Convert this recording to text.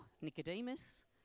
nicodemus